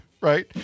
right